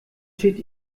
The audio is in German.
steht